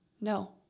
No